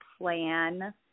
plan